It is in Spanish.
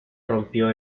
rompió